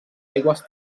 aigües